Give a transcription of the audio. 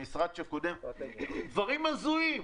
המשרד שקודם --- דברים הזויים.